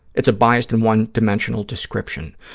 it's a biased and one-dimensional description.